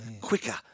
quicker